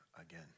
again